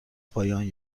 پایان